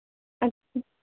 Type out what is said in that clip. ਅੱਛਾ